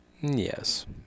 Yes